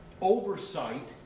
oversight